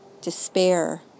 despair